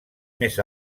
més